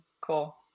cool